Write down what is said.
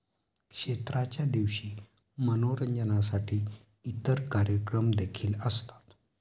क्षेत्राच्या दिवशी मनोरंजनासाठी इतर कार्यक्रम देखील असतात